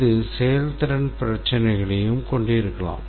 இது செயல்திறன் பிரச்சினைகளையும் கொண்டிருக்கலாம்